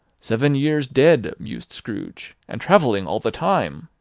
seven years dead, mused scrooge. and travelling all the time!